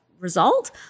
result